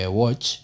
watch